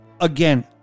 again